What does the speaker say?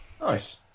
Nice